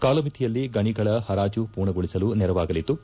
ಕಾಲಮಿತಿಯಲ್ಲಿ ಗಣಿಗಳ ಹರಾಜು ಪೂರ್ಣಗೊಳಿಸಲು ನೆರವಾಗಲಿದ್ದು